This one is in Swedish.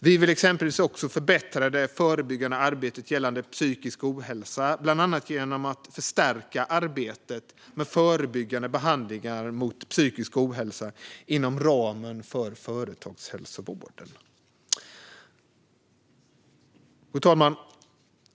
Vi vill också förbättra det förebyggande arbetet gällande psykisk ohälsa, bland annat genom att förstärka arbetet med förebyggande behandlingar mot psykisk ohälsa inom ramen för företagshälsovården. Fru talman!